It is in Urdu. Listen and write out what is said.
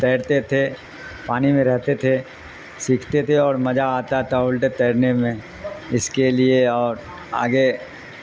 تیرتے تھے پانی میں رہتے تھے سیکھتے تھے اور مجہ آتا تھا اللٹے تیرنے میں اس کے لیے اور آگے